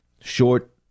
...short